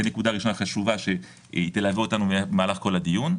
זאת נקודה ראשונה חשובה שתלווה אותנו במהלך כל הדיון.